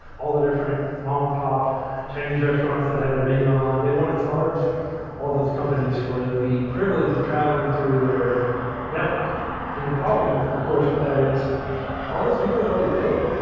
all the different mom and pop chinese restaurants that have their menu online, they want to charge all those companies for the privilege of traveling through their network the problem, of course, with that is all those people have already paid.